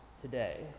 today